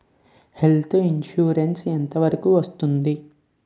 Health insurance ఎంత వరకు వస్తుంది?